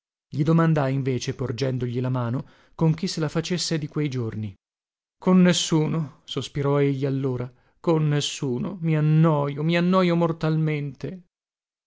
gli domandai invece porgendogli la mano con chi se la facesse di quei giorni con nessuno sospirò egli allora con nessuno i annojo mi annojo mortalmente